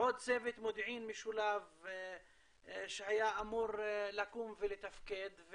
עוד צוות מודיעין משולב שהיה אמור לקום ולתפקד.